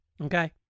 okay